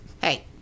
Hey